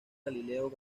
galileo